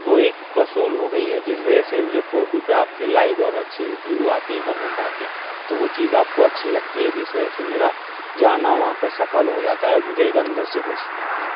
وہ ایک وصول ہو گئی ہے جس وجہ سے جو فوٹو پہ آپ کے لائک اور اچھے ویو آتے ہیں کمینٹ آتے ہیں تو وہ چیز آپ کو اچھی لگتی ہے جس وجہ سے میرا جانا وہاں پہ سپھل ہو جاتا ہے اور مجھے ایک اندر سے خوشی ملتی ہے